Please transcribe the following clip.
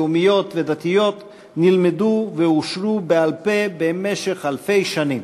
לאומיות ודתיות נלמדו והושרו בעל-פה במשך אלפי שנים.